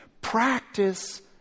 Practice